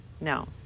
No